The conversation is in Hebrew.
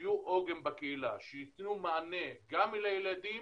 יהיו עוגן בקהילה, שייתנו מענה גם לילדים